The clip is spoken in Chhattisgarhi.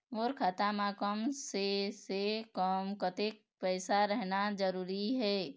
मोर खाता मे कम से से कम कतेक पैसा रहना जरूरी हे?